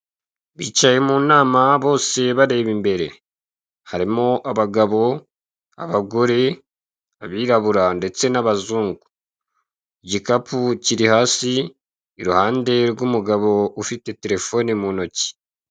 Bicaye mu nama bose bareba imbere harimo abagabo, abagore, abirabura ndetse n'abazungu. Igikapu kiri hasi iruhande rw'umugabo ufite terefone mu ntoki.